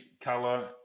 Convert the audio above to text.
color